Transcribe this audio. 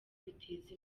biteza